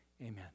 amen